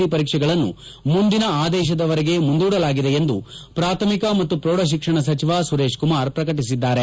C ಪರೀಕ್ಷೆಗಳನ್ನು ಮುಂದಿನ ಆದೇಶದವರೆಗೆ ಮುಂದೂಡಲಾಗಿದೆ ಎಂದು ಪ್ರಾಥಮಿಕ ಮತ್ತು ಪ್ರೌಢಶಿಕ್ಷಣ ಸಚಿವ ಸುರೇಶ್ ಕುಮಾರ್ ಪ್ರಕಟಿಸಿದ್ದಾರೆ